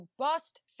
robust